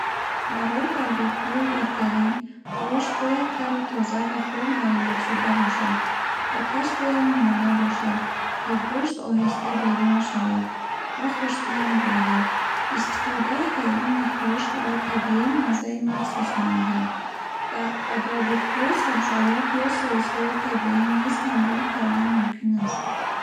Барои барбекюи беҳтарин гӯшт бояд тару тоза ва хуб маринатшуда бошад. Оташ бояд миёна бошад, то гӯшт оҳиста бирён шавад ва хуштаъм гардад. Истифодаи ҳезуми хушк ва табиӣ маззаи махсус медиҳад. Ба ба барбекю сабзавот ё соусҳои табиӣ низ ҳамроҳ кардан мумкин аст.